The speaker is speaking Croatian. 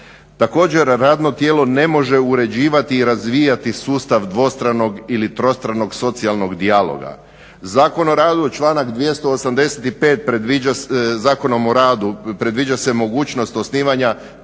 Također radno tijelo ne može uređivati i razvijati sustav dvostranog ili trostranog socijalnog dijaloga. Zakon o radu članak 285. predviđa, Zakonom o radu